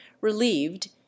relieved